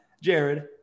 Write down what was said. Jared